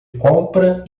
compra